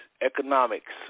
economics